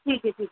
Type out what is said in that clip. ठीक है ठीक है